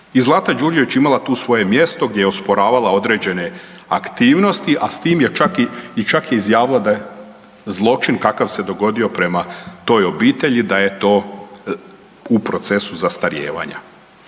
Zlata Đurđević je imala tu svoje mjesto gdje je osporavala određene aktivnosti, a s tim je čak, čak je i izjavila da zločin kakav se dogodio prema toj obitelji da je to u procesu zastarijevanja.